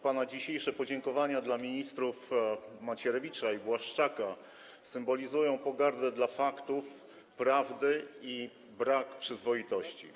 Pana dzisiejsze podziękowania dla ministrów Macierewicza i Błaszczaka symbolizują pogardę dla faktów, prawdy i brak przyzwoitości.